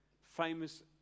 Famous